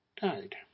died